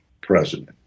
president